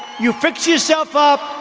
you fix yourself up.